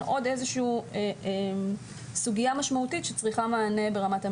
עוד איזושהי סוגיה משמעותית שצריכה מענה ברמת המדיניות.